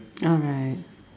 alright